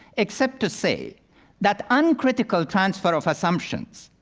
except to say that uncritical transfer of assumptions,